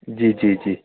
जी जी जी